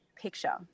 picture